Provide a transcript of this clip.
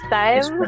time